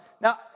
Now